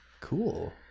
Cool